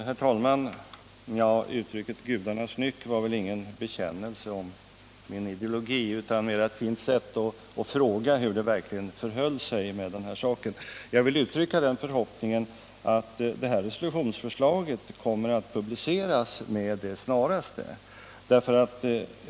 Herr talman! Uttrycket gudarnas nyck var väl ingen bekännelse om min ideologi utan mera ett fint sätt att fråga hur det verkligen förhöll sig med den här saken. Jag vill uttrycka förhoppningen att resolutionsförslaget kommer att publiceras med det snaraste.